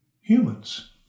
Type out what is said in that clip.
humans